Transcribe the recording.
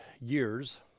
years